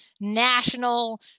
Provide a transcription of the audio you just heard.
national